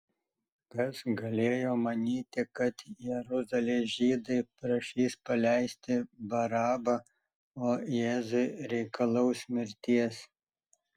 kas galėjo manyti kad jeruzalės žydai prašys paleisti barabą o jėzui reikalaus mirties